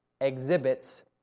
exhibits